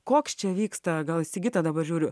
koks čia vyksta gal sigita dabar žiūriu